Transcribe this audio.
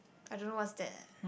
I don't know what's that eh